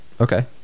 Okay